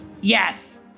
Yes